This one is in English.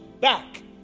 back